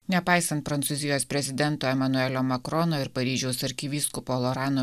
nepaisant prancūzijos prezidento emanuelio macrono ir paryžiaus arkivyskupo lorano